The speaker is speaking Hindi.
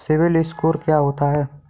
सिबिल स्कोर क्या होता है?